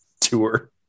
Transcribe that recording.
tour